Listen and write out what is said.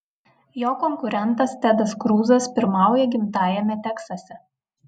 jo konkurentas tedas kruzas pirmauja gimtajame teksase